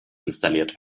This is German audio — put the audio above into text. installiert